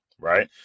right